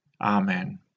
Amen